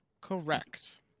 Correct